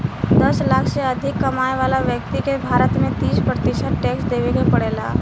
दस लाख से अधिक कमाए वाला ब्यक्ति के भारत में तीस प्रतिशत टैक्स देवे के पड़ेला